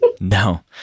No